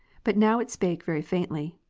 but now it spake very faintly.